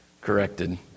corrected